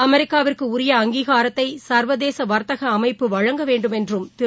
அமெரிக்காவிற்கு உரிய அங்கீகாரத்தை சா்வதேச வாத்தக அமைப்பு வழங்க வேண்டும் என்றும் திரு